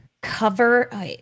cover